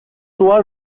duvar